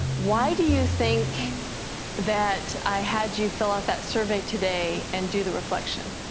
why do you think that i had you fill out that survey today, and do the reflection?